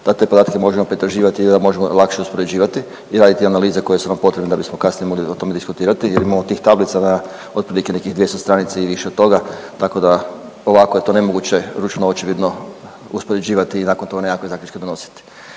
da te podatke možemo pretraživati i da možemo lakše uspoređivati i raditi analize koje su nam potrebne da bismo kasnije mogli o tome diskutirati jer imamo tih tablica na otprilike nekih 200 stranica i više od toga, tako da ovako je to nemoguće ručno očevidno uspoređivati i nakon toga nekakve zaključke donositi.